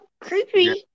creepy